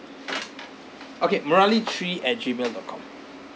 okay murali three at gmail dot com